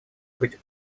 быть